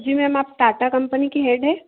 जी ma'am आप Tata company की head हैं